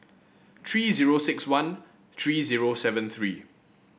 tree zero six one tree zero seven three